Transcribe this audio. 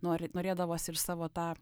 nori norėdavosi ir savo tą